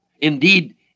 Indeed